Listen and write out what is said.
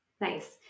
Nice